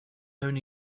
only